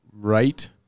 right